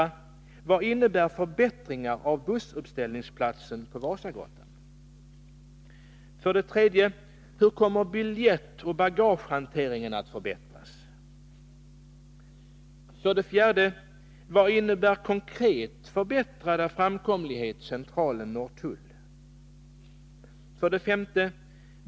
Vad innebär förbättringar i fråga om bussuppställningsplatsen på Vasagatan? 4. Vad är den konkreta innebörden av förbättrad framkomlighet på sträckan Centralen-Norrtull? 5.